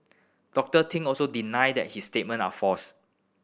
Doctor Ting also denies that his statement are false